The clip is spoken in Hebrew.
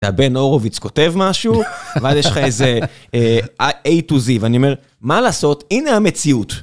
הבן הורוביץ כותב משהו, ואז יש לך איזה A to Z, ואני אומר, מה לעשות? הנה המציאות.